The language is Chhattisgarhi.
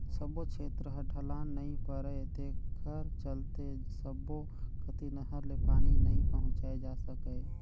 सब्बो छेत्र ह ढलान नइ परय तेखर चलते सब्बो कति नहर ले पानी नइ पहुंचाए जा सकय